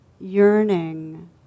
yearning